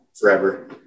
forever